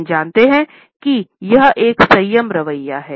हम जानते है कि यह एक संयम रवैया हैं